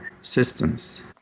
systems